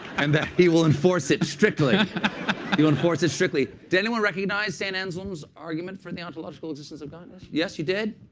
and that he will enforce it strictly. you will enforce this strictly. did anyone recognize saint anselm's argument for the ontological existence of god? yes, you did?